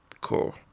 Cool